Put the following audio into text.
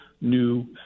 new